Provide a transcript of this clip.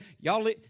Y'all